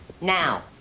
Now